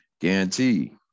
guarantee